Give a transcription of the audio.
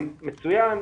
--- אם כן מצוין,